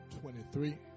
twenty-three